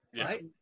right